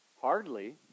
Hardly